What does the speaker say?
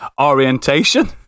orientation